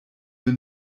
wir